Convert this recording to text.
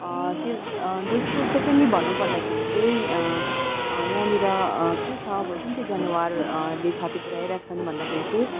त्यो दोस्रो सेकेन्डली भन्नुपर्दाखेरि चाहिँ यहाँनिर के छ अब कुन चाहिँ जनावरले क्षति पुर्याइरहन्छ भन्दाखेरि चाहिँ